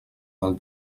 del